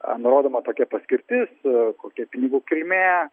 nurodoma tokia paskirtis kokia pinigų kilmė